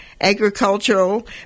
Agricultural